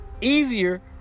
easier